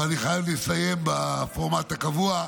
אני חייב לסיים בפורמט הקבוע.